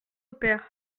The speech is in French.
père